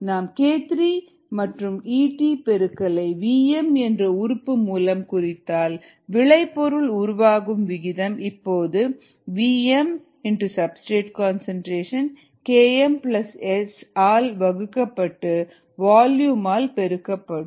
rP k3EtSKmSV நாம் k3 மற்றும் Et பெருக்கலை vm என்ற உறுப்பு மூலம் குறித்தால் விளைபொருள் உருவாகும் விகிதம் இப்பொழுது vmS KmSஆல் வகுக்கப்பட்டு வால்யூம் ஆல் பெருக்கப்படும்